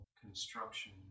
construction